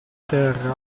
terra